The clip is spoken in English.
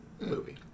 movie